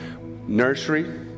Nursery